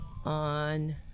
on